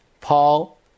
Paul